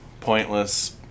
pointless